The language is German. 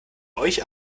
euch